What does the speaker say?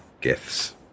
gifts